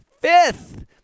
fifth